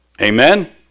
Amen